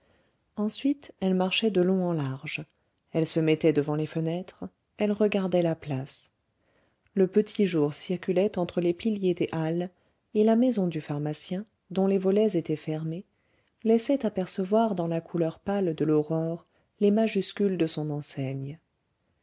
ensuite elle marchait de long en large elle se mettait devant les fenêtres elle regardait la place le petit jour circulait entre les piliers des halles et la maison du pharmacien dont les volets étaient fermés laissait apercevoir dans la couleur pâle de l'aurore les majuscules de son enseigne